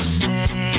say